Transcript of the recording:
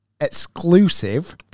exclusive